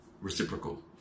reciprocal